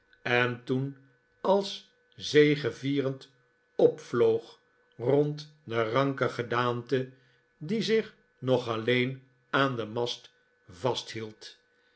en toen als zegevierend opvloog rond de ranke david copperfield gedaante die zich nog alleen aan den mast vasthield